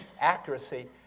accuracy